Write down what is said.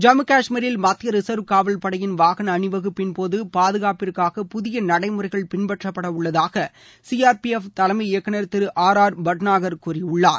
ஜம்மு காஷ்மீரில் மத்திய ரிசர்வ் காவல் படையின் வாகன அணிவகுப்பின்போது பாதுகாப்பிற்காக புதிய நடைமுறைகள் பின்பற்றப்படவுள்ளதாக சிஆர்பிஎஃப் தலைமை இயக்குநர் திரு ஆர் ஆர் பட்நாயக் கூறியுள்ளார்